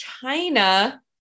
China